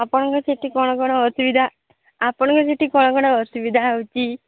ଆପଣଙ୍କ ସେଠି କ'ଣ କ'ଣ ଅସୁବିଧା ଆପଣଙ୍କ ସେଠି କ'ଣ କ'ଣ ଅସୁବିଧା ହେଉଛି